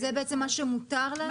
זה בעצם מה שמותר לעשות?